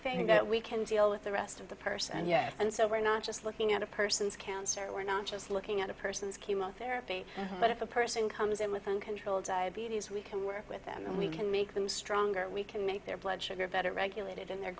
thing that we can deal with the rest of the person yes and so we're not just looking at a person's cancer we're not just looking at a person's chemotherapy but if a person comes in with uncontrolled diabetes we can work with them and we can make them stronger we can make their blood sugar better regulated and they're